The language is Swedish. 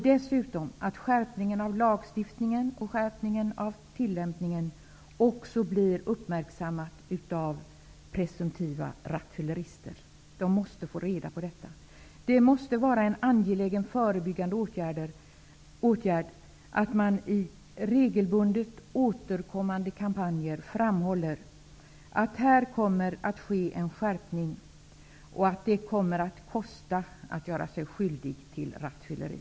Dessutom måste skärpningen av lagstiftningen och tillämpningen bli uppmärksammade av presumtiva rattfyllerister. De måste få reda på detta. Det måste vara en angelägen förebyggande åtgärd att man i regelbundet återkommande kampanjer framhåller att här kommer att ske en skärpning och att det kommer att kosta att göra sig skyldig till rattfylleri.